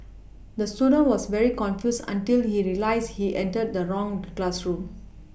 the student was very confused until he realised he entered the wrong classroom